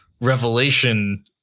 revelation